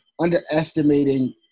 underestimating